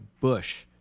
bush